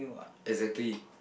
exactly